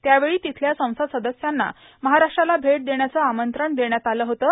त्यावेळी तिथल्या संसद सदस्यांना महाराष्ट्राला भेट देण्याचं आमंत्रण देण्यात आलं होतं